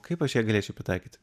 kaip aš galėčiau pritaikyti